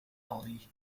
aldi